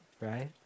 right